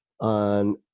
on